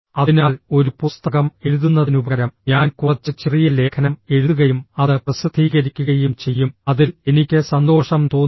അതിനാൽ ഒരു പുസ്തകം എഴുതുന്നതിനുപകരം ഞാൻ കുറച്ച് ചെറിയ ലേഖനം എഴുതുകയും അത് പ്രസിദ്ധീകരിക്കുകയും ചെയ്യും അതിൽ എനിക്ക് സന്തോഷം തോന്നും